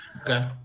Okay